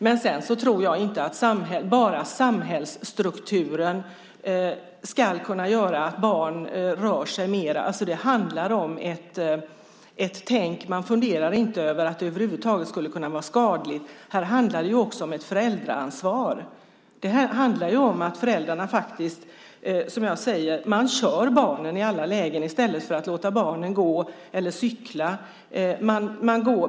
Men jag tror inte att endast samhällsstrukturen kan göra så att barn rör sig mer. Det handlar om ett tänkande. Man funderar inte över att det över huvud taget skulle kunna vara skadligt. Här handlar det också om ett föräldraansvar. Det handlar om att föräldrarna faktiskt kör barnen i alla lägen i stället för att låta dem gå eller cykla.